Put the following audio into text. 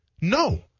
no